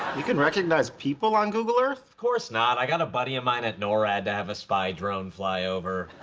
you can recognize people on google earth? howard of course not, i got a buddy of mine at norad to have a spy drone fly over.